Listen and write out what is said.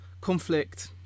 conflict